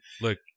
Look